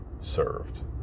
served